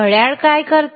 घड्याळ काय करते